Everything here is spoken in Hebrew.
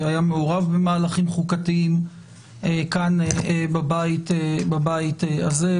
היה מעורב במהלכים חוקתיים כאן בבית הזה.